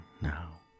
now